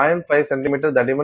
5 centimetre தடிமன் கொண்டவை